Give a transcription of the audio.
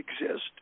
exist